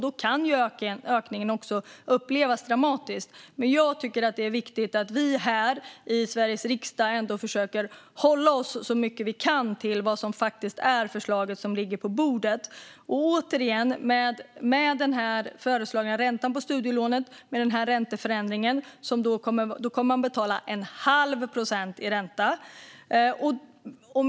Det är dock viktigt att vi i Sveriges riksdag försöker att hålla oss till det förslag som ligger på bordet, och, återigen, med denna ränteförändring kommer man att betala en halv procent i ränta.